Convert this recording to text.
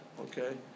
Okay